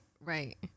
Right